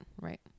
right